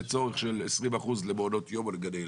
לצורך של 20% למעונות יום או לגני ילדים.